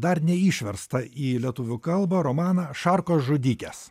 dar neišverstą į lietuvių kalbą romaną šarkos žudikės